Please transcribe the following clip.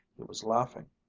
he was laughing.